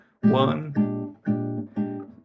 one